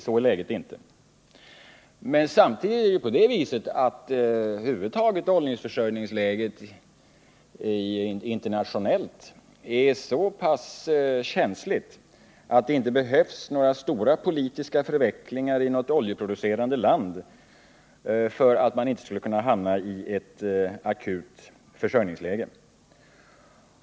Samtidigt måste vi givetvis beakta att det internationella oljeförsörjningsläget är så pass känsligt att det inte behövs några stora politiska förvecklingar i något oljeproducerande land för att man skall hamna i ett akut försörjningsläge.